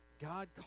God